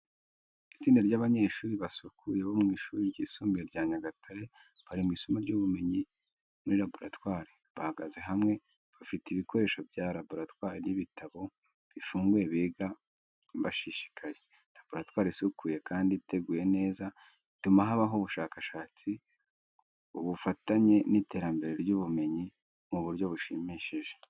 Itsinda ry’abanyeshuri basukuye bo mu shuri ry'isumbuye rya Nyagatare bari mu isomo ry’ubumenyi mu laboratwari. Bahagaze hamwe, bafite ibikoresho bya laboratwari n’ibitabo bifunguye, biga bashishikaye. Laboratwari isukuye kandi iteguye neza ituma habaho ubushakashatsi, ubufatanye n’iterambere ry’ubumenyi mu buryo bushimishije.